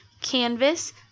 canvas